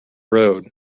road